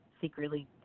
secretly